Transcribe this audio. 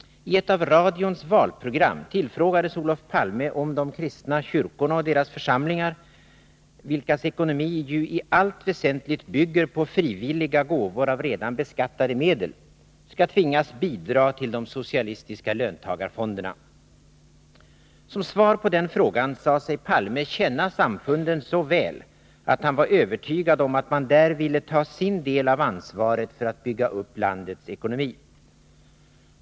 Olof Palme tillfrågades i ett av radions valprogram om de kristna samfunden och deras församlingar, vilkas ekonomi ju i allt väsentligt bygger på frivilliga gåvor av redan beskattade medel, skall tvingas bidra till de socialistiska löntagarfonderna. Som svar på den frågan sade sig Olof Palme känna samfunden så väl, att han var övertygad om att man där ville ta sin del av ansvaret för att bygga upp landets ekonomi.